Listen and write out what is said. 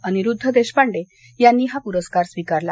अनिरुद्ध देशपांडे यांनी हा पुरस्कार स्वीकारला